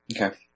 okay